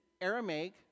Aramaic